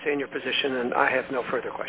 understand your position and i have no f